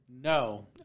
No